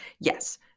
yes